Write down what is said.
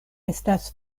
estas